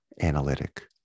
analytic